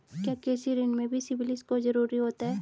क्या कृषि ऋण में भी सिबिल स्कोर जरूरी होता है?